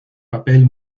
papel